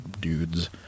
dudes